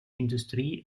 industrie